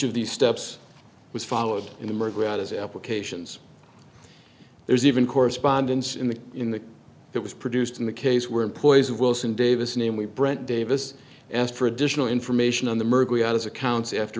of these steps was followed him or gratis applications there's even correspondence in the in the it was produced in the case where employees wilson davis namely brant davis asked for additional information on the